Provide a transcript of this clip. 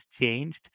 changed